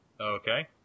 Okay